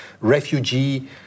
refugee